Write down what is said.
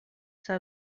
سال